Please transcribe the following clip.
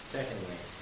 Secondly